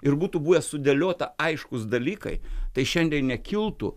ir būtų buvę sudėliota aiškūs dalykai tai šiandien nekiltų